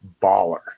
baller